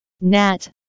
Nat